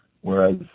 Whereas